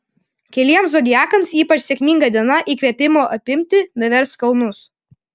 keliems zodiakams ypač sėkminga diena įkvėpimo apimti nuvers kalnus